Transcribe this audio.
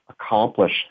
accomplish